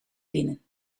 binnen